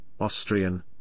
Austrian